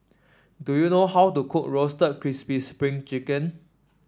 do you know how to cook Roasted Crispy Spring Chicken